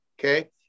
Okay